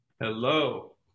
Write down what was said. Hello